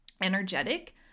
energetic